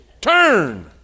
Turn